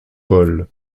paul